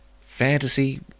fantasy